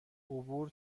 عبور